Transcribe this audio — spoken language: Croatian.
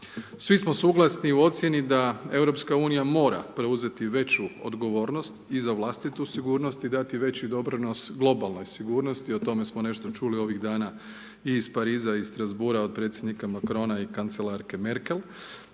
Svi smo suglasni u ocjeni da Europska unija mora preuzeti veću odgovornost i za vlastitu sigurnost i dati veli doprinos globalnoj sigurnosti, o tome smo nešto čuli ovih dana i iz Pariza i iz Strazbourga od predsjednika Macrona i kancelarke Merkel,